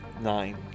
Nine